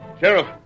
Sheriff